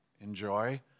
enjoy